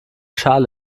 schale